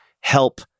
help